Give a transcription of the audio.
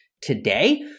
today